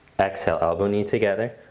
exhale elbow knee together.